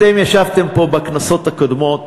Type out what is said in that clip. אתם ישבתם פה, בכנסות הקודמות,